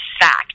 fact